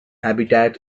habitat